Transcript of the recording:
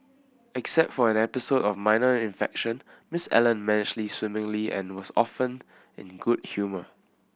except for an episode of minor infection Miss Allen managed swimmingly and was often in good humour